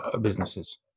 businesses